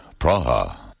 Praha